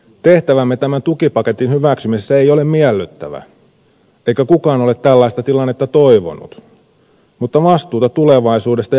tehtävämme tämän tukipaketin hyväksymisessä ei ole miellyttävä eikä kukaan ole tällaista tilannetta toivonut mutta vastuuta tulevaisuudesta ja euroalueesta on kannettava